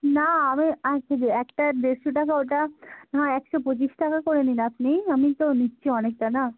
না আমি আসবে একটা দেড়শো টাকা ওটা না একশো পঁচিশ টাকা করে নিন আপনি আমি তো নিচ্ছি অনেকটা না